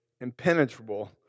impenetrable